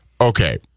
Okay